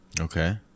okay